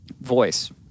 voice